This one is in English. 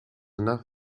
enough